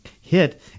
hit